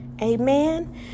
Amen